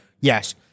yes